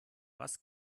was